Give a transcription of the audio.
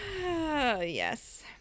Yes